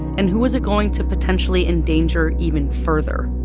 and who was it going to potentially endanger even further?